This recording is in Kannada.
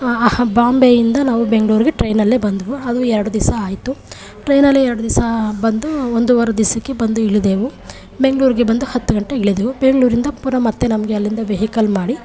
ಬಾಂಬೆಯಿಂದ ನಾವು ಬೆಂಗಳೂರಿಗೆ ಟ್ರೈನಲ್ಲೇ ಬಂದವು ಅದು ಎರಡು ದಿವಸ ಆಯಿತು ಟ್ರೈನಲ್ಲೇ ಎರಡು ದಿವಸ ಬಂದು ಒಂದೂವರೆ ದಿವಸಕ್ಕೆ ಬಂದು ಇಳಿದೆವು ಬೆಂಗಳೂರಿಗೆ ಬಂದು ಹತ್ತು ಗಂಟೆಗೆ ಇಳಿದೆವು ಬೆಂಗಳೂರಿಂದ ಪುನಃ ಮತ್ತೆ ನಮಗೆ ಅಲ್ಲಿಂದ ವೆಹಿಕಲ್ ಮಾಡಿ